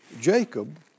Jacob